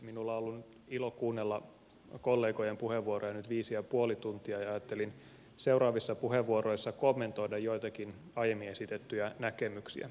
minulla on ollut ilo kuunnella kollegojen puheenvuoroja nyt viisi ja puoli tuntia ja ajattelin seuraavissa puheenvuoroissa kommentoida joitakin aiemmin esitettyjä näkemyksiä